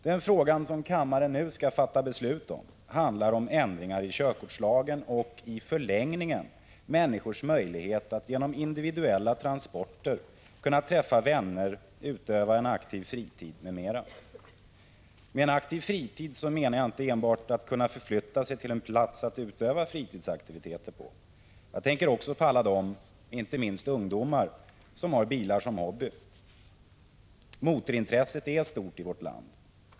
Den fråga som kammaren nu skall fatta beslut om behandlar ändringar i körkortslagen och, i förlängningen, människors möjlighet att genom individuella transporter träffa vänner, utöva en aktiv fritid m.m. Med en aktiv fritid menas inte enbart att kunna förflytta sig till en plats att utöva fritidsaktiviteter på. Jag tänker också på alla dem, inte minst ungdomar, som har bilar som hobby. Motorintresset är stort i vårt land.